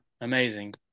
amazing